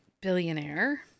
billionaire